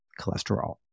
cholesterol